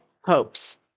hopes